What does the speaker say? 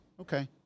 okay